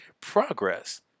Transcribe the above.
progress